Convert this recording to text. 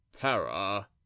para-